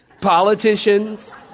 politicians